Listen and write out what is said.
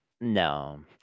No